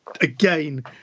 again